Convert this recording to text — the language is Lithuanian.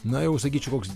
na jau sakyčiau koks